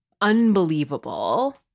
unbelievable